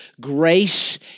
grace